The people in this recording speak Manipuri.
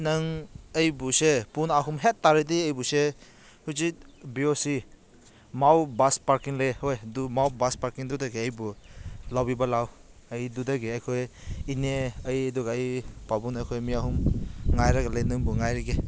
ꯅꯪ ꯑꯩꯕꯨꯁꯦ ꯄꯨꯡ ꯑꯍꯨꯝ ꯍꯦꯛ ꯇꯥꯔꯗꯤ ꯑꯩꯕꯨꯁꯦ ꯍꯧꯖꯤꯛ ꯕꯤ ꯑꯣ ꯁꯤ ꯃꯥꯎ ꯕꯁ ꯄꯥꯔꯀꯤꯡ ꯂꯩ ꯍꯣꯏ ꯑꯗꯨ ꯃꯥꯎ ꯕꯁ ꯄꯥꯔꯀꯤꯡꯗꯨꯗꯒꯤ ꯑꯩꯕꯨ ꯂꯧꯕꯤꯕ ꯂꯥꯛꯑꯣ ꯑꯩ ꯑꯗꯨꯗꯒꯤ ꯑꯩꯈꯣꯏ ꯏꯅꯦ ꯑꯩ ꯑꯗꯨꯒ ꯑꯩ ꯄꯥꯕꯨꯡ ꯑꯩꯈꯣꯏ ꯃꯤ ꯑꯍꯨꯝ ꯉꯥꯏꯔꯒ ꯂꯩ ꯅꯪꯕꯨ ꯉꯥꯏꯔꯒꯦ